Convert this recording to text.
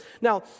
Now